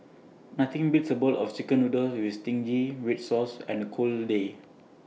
nothing beats A bowl of Chicken Noodles with Zingy Red Sauce on A cold day